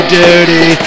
dirty